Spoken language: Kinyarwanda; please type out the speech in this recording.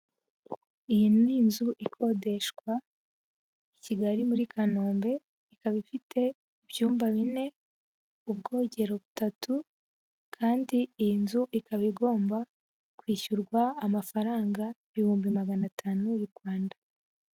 Iyi n'inzu ikodeshwa i Kigali muri Kanombe, ikaba ifite ibyumba bine, ubwogero butatu, kandi iyi nzu ikaba igomba kwishyurwa amafaranga ibihumbi magana atanu y'u Rwanda.